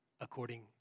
according